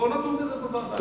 בואו נדון בזה בוועדה.